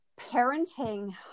parenting